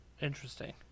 interesting